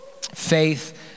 Faith